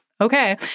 okay